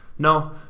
No